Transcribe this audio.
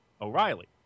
O'Reilly